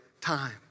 time